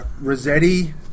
Rossetti